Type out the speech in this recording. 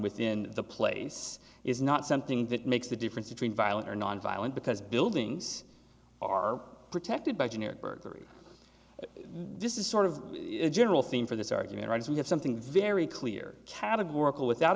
within the place is not something that makes the difference between violent or nonviolent because buildings are protected by generic burglary this is sort of a general theme for this argument is we have something very clear categorical without